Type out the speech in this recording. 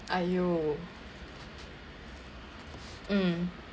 !aiyo! mm